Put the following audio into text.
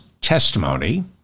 testimony